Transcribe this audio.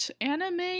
anime